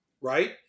right